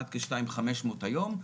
עד כ-2.500 היום.